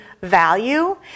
value